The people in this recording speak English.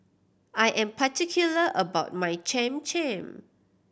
I am particular about my Cham Cham